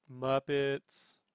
Muppets